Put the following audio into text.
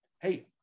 hey